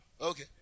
Okay